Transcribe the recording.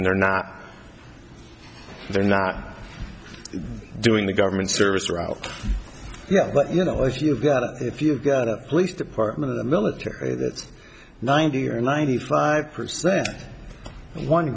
and they're not they're not doing the government service or oh yeah but you know if you've got a if you've got a police department or the military that's ninety or ninety five percent one